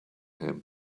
him